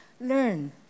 Learn